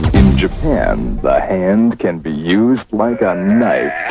japan and can be used like a knife.